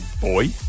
boy